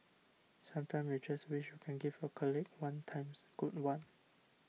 sometimes you just wish you can give your colleague one times good one